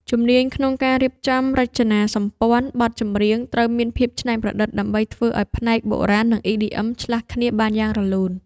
ជំនាញក្នុងការរៀបចំរចនាសម្ព័ន្ធបទចម្រៀង ត្រូវមានភាពច្នៃប្រឌិត ដើម្បីធ្វើឱ្យផ្នែកបុរាណ និង EDM ឆ្លាស់គ្នាបានយ៉ាងរលូន។